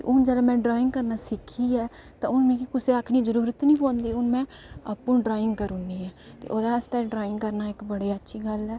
ते हून जिसलै में ड्रांइग करना सिक्खी लेई ऐ ते हून मिगी कुसै गी आखने दी जरूरत गै निं पौंदी हून में आपूं गै ड्राइंग करी ओड़नी होन्नी ओह्दे आस्तै ड्राइंग करना इक बड़ी अच्छी गल्ल ऐ